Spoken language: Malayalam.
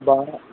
ബാണാ